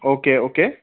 okay okay